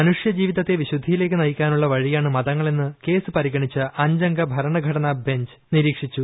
മനുഷ്യജീവിതത്തെ വിശുദ്ധിയില്ലേക്ക് നയിക്കാനുള്ള വഴിയാണ് മതങ്ങളെന്ന് കേസ് പരിഗ്രണ്ടിച്ച് അഞ്ചംഗ ഭരണഘടനാബഞ്ച് നിരീക്ഷിച്ചു